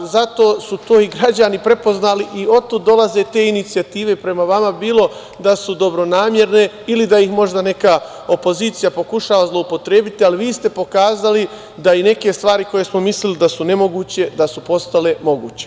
Zato su to i građani prepoznali i otud dolaze te inicijative prema vama, bilo da su dobronamerne ili da ih možda neka opozicija pokušava zloupotrebiti, ali vi ste pokazali da i neke stvari koje smo mislili da su nemoguće, da su postale moguće.